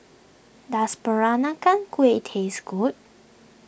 does Peranakan Kueh taste good